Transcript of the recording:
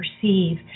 perceive